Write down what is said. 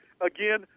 Again